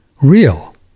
real